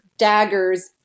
daggers